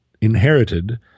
inherited